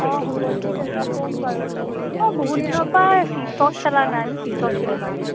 অ হ'ব ঠিক আছে ক'ম বাৰু অ বহুত দিনৰ পৰা খেলা নাই আমি খেলিম আজি